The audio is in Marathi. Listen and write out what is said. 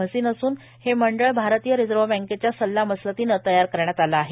भसीन असून हे मंडळ भारतीय रिझर्व बँकेच्या सल्लामसलतीने तयार करण्यात आलं आहे